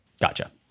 Gotcha